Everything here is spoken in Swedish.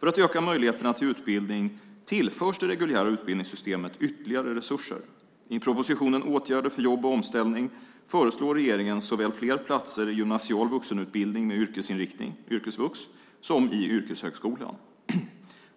För att öka möjligheterna till utbildning tillförs det reguljära utbildningssystemet ytterligare resurser. I propositionen Åtgärder för jobb och omställning föreslår regeringen såväl fler platser i gymnasial vuxenutbildning med yrkesinriktning, yrkesvux, som i yrkeshögskolan.